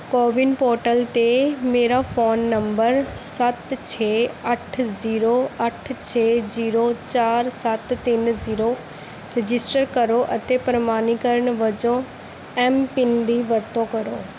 CoWIN portal 'ਤੇ ਮੇਰਾ phone number ਸੱਤ ਛੇ ਅੱਠ ਜ਼ੀਰੋ ਅੱਠ ਛੇ ਜੀਰੋ ਚਾਰ ਸੱਤ ਤਿੰਨ ਜ਼ੀਰੋ ਰਜਿਸਟਰ ਕਰੋ ਅਤੇ ਪ੍ਰਮਾਣੀਕਰਨ ਵਜੋਂ ਐੱਮ ਪਿੰਨ ਦੀ ਵਰਤੋਂ ਕਰੋ